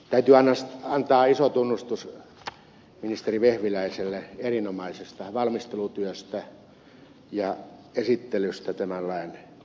täytyy antaa iso tunnustus ministeri vehviläiselle erinomaisesta valmistelutyöstä ja esittelystä tämän lain puitteissa